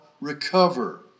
recover